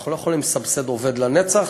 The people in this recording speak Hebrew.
אנחנו לא יכולים לסבסד עובד לנצח.